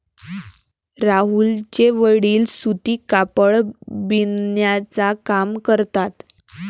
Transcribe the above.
राहुलचे वडील सूती कापड बिनण्याचा काम करतात